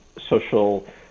social